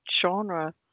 genre